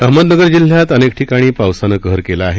अहमदनगर जिल्हयात अनेक ठिकाणी पावसानं कहर केला आहे